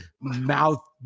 mouth